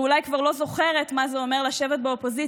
ואולי כבר לא זוכרת מה זה אומר לשבת באופוזיציה,